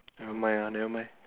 never mind lah never mind